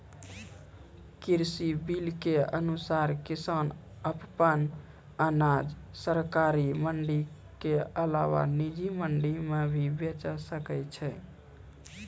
कृषि बिल के अनुसार किसान अप्पन अनाज सरकारी मंडी के अलावा निजी मंडी मे भी बेचि सकै छै